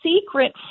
secret